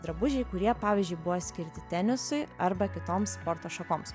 drabužiai kurie pavyzdžiui buvo skirti tenisui arba kitoms sporto šakoms